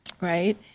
right